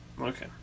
Okay